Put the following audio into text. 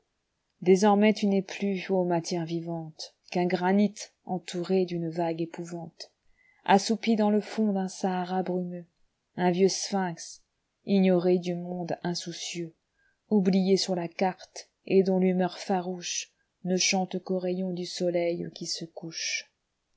désormais tu n'es plus ô matière vivante qu'un granit entouré d'une vague épouvante assoupi dans le fond d'un saharah brumeux iun vieux sphinx ignoré du monde insoucieux oublié sur la carte et dont l'humeur farouchene chante qu'aux rayons du soleil qui se couchei